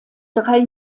drei